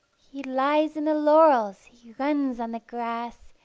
he lies in the laurels, he runs on the grass,